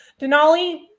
Denali